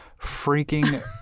freaking